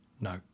No